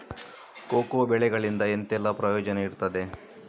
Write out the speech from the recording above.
Cocoa ಬೆಳೆಗಳಿಂದ ಎಂತೆಲ್ಲ ಪ್ರಯೋಜನ ಇರ್ತದೆ?